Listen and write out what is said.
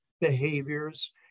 behaviors